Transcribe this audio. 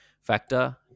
factor